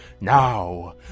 Now